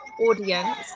audience